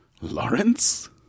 Lawrence